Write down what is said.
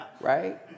Right